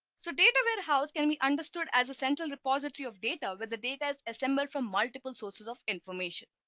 so data warehouse can be understood as a central repository of data with the data is assembled from multiple sources of information.